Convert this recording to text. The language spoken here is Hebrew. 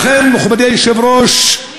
לכן, מכובדי היושב-ראש,